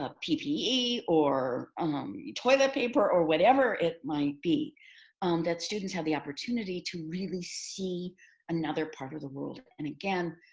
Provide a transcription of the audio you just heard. ah ppe or toilet paper or whatever it might be that students have the opportunity to really see another part of the world. and again,